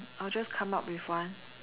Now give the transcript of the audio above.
I will just come up with one